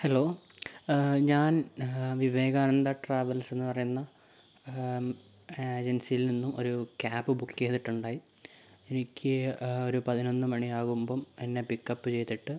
hello ഞാൻ Vivekananda travels എന്ന് പറയുന്ന ഏജൻസിയിൽ നിന്ന് ഒരു ക്യാബ് ബുക്ക് ചെയ്തിട്ടുണ്ടായി എനിക്ക് ഒരു പതിനൊന്ന് മണിയാകുമ്പോൾ എന്നെ പിക്ക് അപ്പ് ചെയ്തിട്ട്